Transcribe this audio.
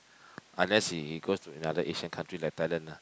unless he he go another Asian country like Thailand lah